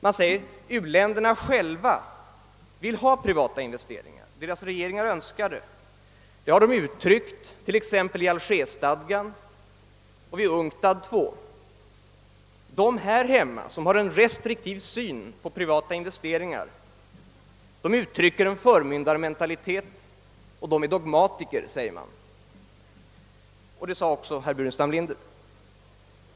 Man säger att u-länderna själva vill ha privata investeringar. Deras regeringar önskar det, vilket de har uttryckt t.ex. i Algerstadgan och vid UNCTAD II. De här hemma som har en restriktiv inställning till privata investeringar uttrycker en förmyndarmentalitet och är dogmatiker, säger man — det gjorde även herr Burenstam Linder.